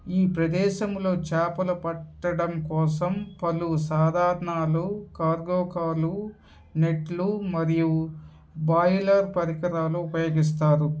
ఈ ప్రదేశంలో చేపలు పట్టడం కోసం పలు సాధారణాలు కార్గోకాలు నెట్లు మరియు బాయిలర్ పరికరాలు ఉపయోగిస్తారు